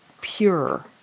pure